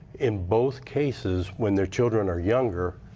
in both cases, when the children are younger,